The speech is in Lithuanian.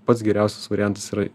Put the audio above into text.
pats geriausias variantas yra